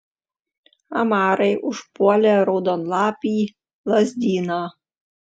amarai užpuolė raudonlapį lazdyną